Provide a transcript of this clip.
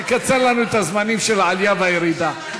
זה יקצר לנו בזמנים של העלייה והירידה.